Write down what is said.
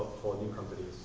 for new companies?